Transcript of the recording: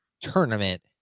tournament